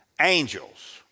Angels